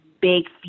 big